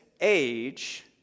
age